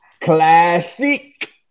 Classic